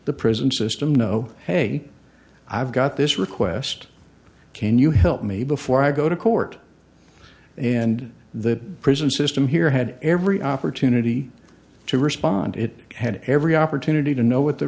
the prison system know hey i've got this request can you help me before i go to court and the prison system here had every opportunity to respond it had every opportunity to know what the